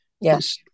yes